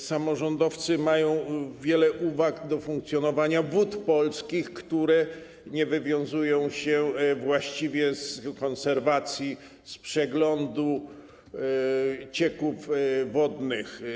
Samorządowcy mają wiele uwag do funkcjonowania Wód Polskich, które nie wywiązują się właściwie z konserwacji, z przeglądu cieków wodnych.